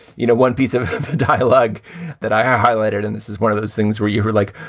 you know, one piece of dialogue that i highlighted. and this is one of those things where you're like,